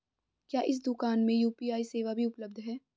क्या इस दूकान में यू.पी.आई सेवा भी उपलब्ध है?